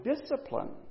discipline